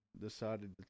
decided